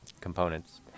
components